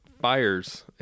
fires